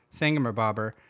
thingamabobber